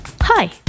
Hi